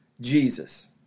Jesus